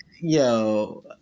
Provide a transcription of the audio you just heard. Yo